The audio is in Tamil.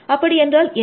அப்படியென்றால் என்ன